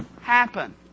happen